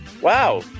Wow